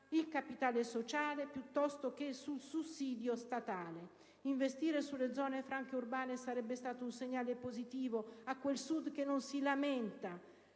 il capitale sociale, piuttosto che sul sussidio statale. Investire sulle zone franche urbane sarebbe stato un segnale positivo a quel Sud che non si lamenta,